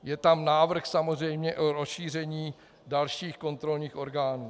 Je tam návrh samozřejmě o rozšíření dalších kontrolních orgánů.